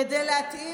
כדי להתאים,